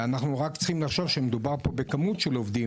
ואנחנו רק צריכים לחשוב שמדובר פה בכמות של עובדים.